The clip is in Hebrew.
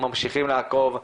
ממשיכים לעקוב,